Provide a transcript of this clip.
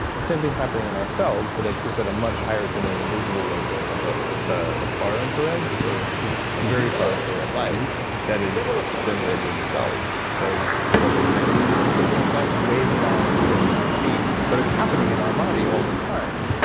the same thing's happening in our cells, but it's just at a much higher. it's in an invisible wave length, like ah it's a far infrared, or yeah a very far infrared light that is generated in the cells, so one thousand two um hundred nanometers or something like that, way beyond what we could see, but it's happening in our body all the time,